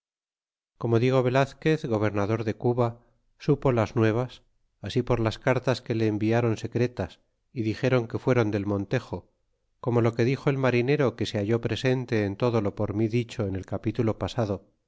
como diego velazquez gobernador de cuba supo las nuevas así por las cartas que le enviaron secretas y dixéron que fueron del montejo como lo que dixo el marinero que se halló presente en todo lo por mi dicho en el capitulo pasado